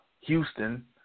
Houston